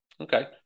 Okay